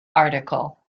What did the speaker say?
article